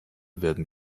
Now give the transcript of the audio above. werden